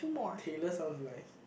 Taylor sounds is nice